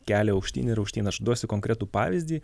kelia aukštyn ir aukštyn aš duosiu konkretų pavyzdį